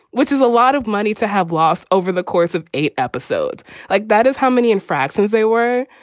which is a lot of money to have lost over the course of eight episodes like that is how many infractions they were.